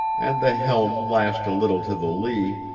and the helm lashed a little to the lee,